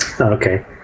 Okay